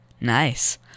Nice